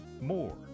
more